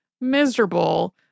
miserable